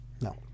No